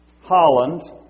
Holland